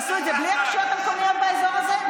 עשו את זה בלי הרשויות המקומיות באזור הזה?